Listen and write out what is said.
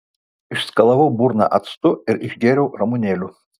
išskalavau burną actu ir išgėriau ramunėlių